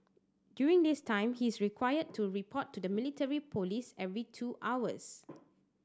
during this time he is required to report to the military police every two hours